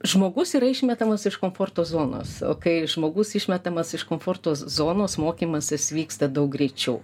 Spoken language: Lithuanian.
žmogus yra išmetamas iš komforto zonos o kai žmogus išmetamas iš komforto zonos mokymasis vyksta daug greičiau